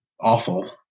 awful